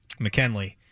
McKenley